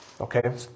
Okay